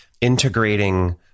integrating